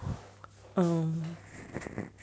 uh